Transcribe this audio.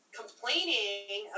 complaining